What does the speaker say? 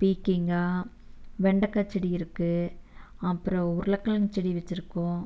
பீர்க்கிங்கா வெண்டக்காய் செடி இருக்குது அப்புறம் உருளைக்கெழங்கு செடி வச்சிருக்கோம்